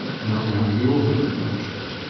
well now, you'll have to punish her,